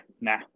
nah